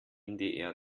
ndr